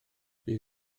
bydd